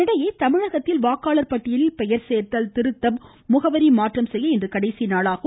இதனிடையே தமிழகத்தில் வாக்காளர் பட்டியலில் பெயர் சேர்த்தல் திருத்தம் முகவரி மாற்றம் செய்ய இன்று கடைசி நாளாகும்